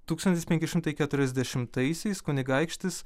tūkstantis penki šimtai keturiasdešimtaisiais kunigaikštis